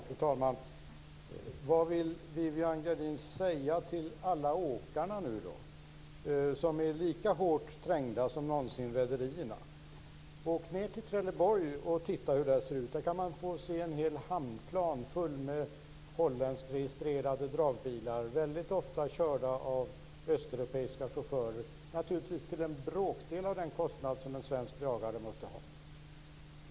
Fru talman! Vad vill då Viviann Gerdin säga till alla åkarna, som är lika hårt trängda som någonsin rederierna? Åk ned till Trelleborg och titta hur det ser ut! Där kan man få se en hel hamnplan full med holländskregistrerade dragbilar, väldigt ofta körda av östeuropeiska chaufförer, naturligtvis till en bråkdel av kostnaderna för en svensk dragare.